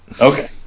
Okay